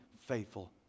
faithful